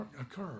occur